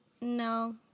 no